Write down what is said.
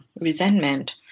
resentment